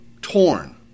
torn